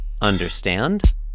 Understand